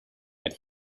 but